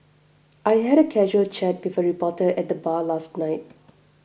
I had a casual chat with a reporter at the bar last night